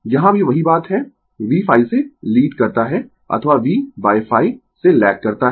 यहाँ भी वही बात है v ϕ से लीड करता है अथवा Vϕ से लैग करता है